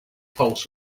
pulse